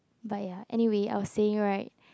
but ya anyway I will say it right